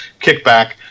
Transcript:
kickback